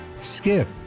Skip